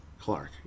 Clark